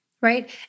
right